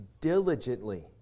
diligently